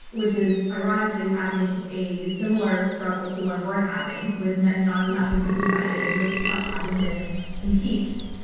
which is ironically having a similar struggle to the one we're having with netanyahu, having been indicted, with trump having been impeached.